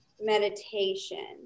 meditation